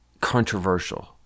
controversial